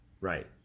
Right